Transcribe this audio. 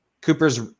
Cooper's